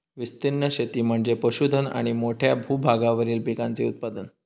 विस्तीर्ण शेती म्हणजे पशुधन आणि मोठ्या भूभागावरील पिकांचे उत्पादन